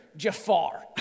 Jafar